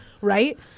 Right